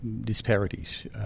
disparities